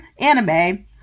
anime